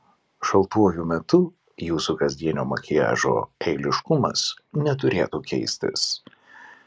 šaltuoju metu jūsų kasdienio makiažo eiliškumas neturėtų keistis